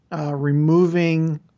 removing